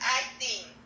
acting